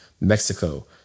Mexico